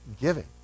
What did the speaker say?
giving